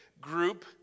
group